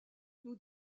nous